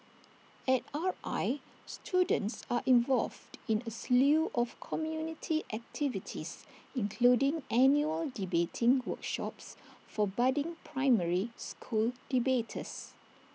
at R I students are involved in A slew of community activities including annual debating workshops for budding primary school debaters